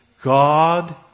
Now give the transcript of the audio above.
God